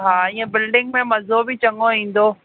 हा इहा बिल्डिंग में मज़ो बि चङो ईंदो